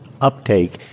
uptake